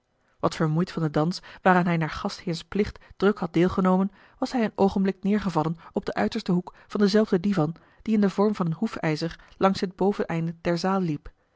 wat vermoeid van den dans waaraan hij naar gastheers plicht druk had deelgenomen was hij een oogenblik neêrgevallen op den uitersten hoek van denzelfden divan die in den vorm van een hoefijzer langs dit boveneind der zaal liep